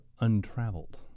untraveled